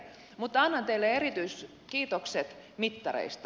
mutta annan teille erityiskiitokset mittareista